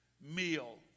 meal